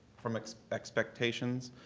from expectations.